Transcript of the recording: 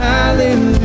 Hallelujah